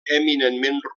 eminentment